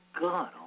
God